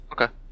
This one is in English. Okay